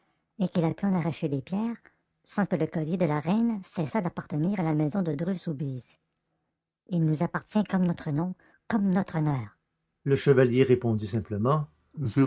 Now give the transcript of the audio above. et qu'il a pu en arracher les pierres sans que le collier de la reine cessât d'appartenir à la maison de dreux soubise il nous appartient comme notre nom comme notre honneur le chevalier répondit simplement